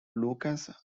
lucasarts